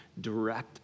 direct